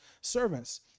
servants